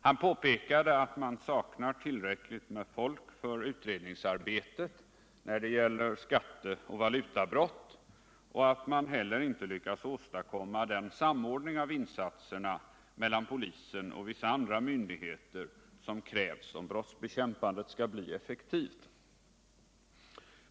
Han påpekade att man saknar tillräckligt med personal för utredningsarbetet med skatteoch valutabrott och att man inte heller lyckats åstadkomma den samordning av insatserna mellan polisen och vissa andra myndigheter som krävs, om brottsbekämpandet skall bli effektivt.